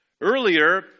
Earlier